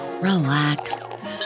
Relax